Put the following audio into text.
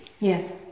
Yes